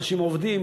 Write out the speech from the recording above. אנשים עובדים,